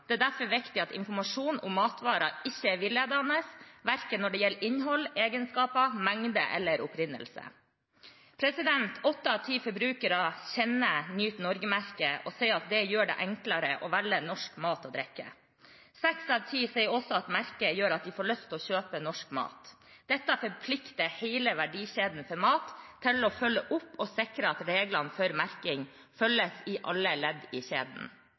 Det er derfor viktig at informasjon om matvarer ikke er villedende, verken når det gjelder innhold, egenskaper, mengde eller opprinnelse. Åtte av ti forbrukere kjenner Nyt Norge-merket og sier at det gjør det enklere å velge norsk mat og drikke. Seks av ti sier også at merket gjør at de får lyst til å kjøpe norsk mat. Dette forplikter hele verdikjeden for mat til å følge opp og sikre at reglene for merking følges i alle ledd i kjeden.